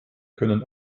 können